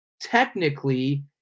technically